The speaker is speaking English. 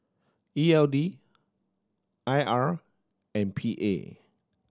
E L D I R and P A